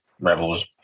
rebels